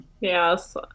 Yes